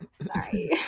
Sorry